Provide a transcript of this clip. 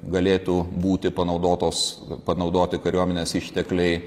galėtų būti panaudotos panaudoti kariuomenės ištekliai